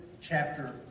chapter